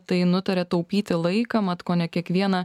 tai nutarė taupyti laiką mat kone kiekvieną